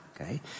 Okay